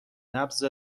نبض